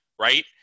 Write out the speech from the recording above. Right